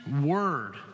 word